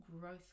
growth